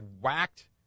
whacked